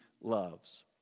loves